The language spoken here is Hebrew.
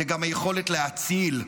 זה גם היכולת להציל.